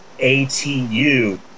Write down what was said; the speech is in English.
ATU